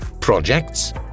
Projects